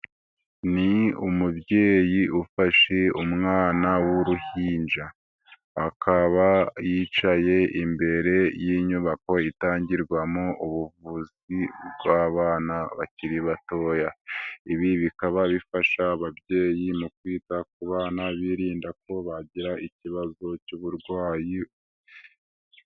Ni umubyeyi ufashe umwana w'uruhinja, akaba yicaye imbere y'inyubako itangirwamo ubuvuzi bw'abana bakiri batoya, ibi bikaba bifasha ababyeyi mu kwita ku bana birinda ko bagira ikibazo cy'uburwayi.